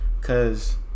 cause